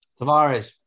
Tavares